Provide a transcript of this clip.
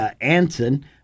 Anson